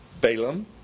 Balaam